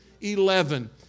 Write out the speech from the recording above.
Eleven